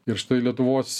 ir štai lietuvos